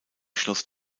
schloss